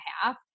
half